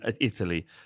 Italy